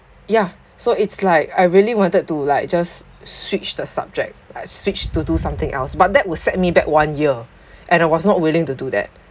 yeah so it's like I really wanted to like just switched the subject like switched to do something else but that will set me back one year and I was not willing to do that